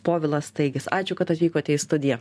povilas taigis ačiū kad atvykote į studiją